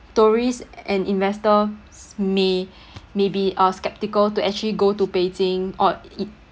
tourists and investor s~ may maybe uh skeptical to actually go to beijing or it